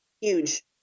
huge